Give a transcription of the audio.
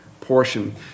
portion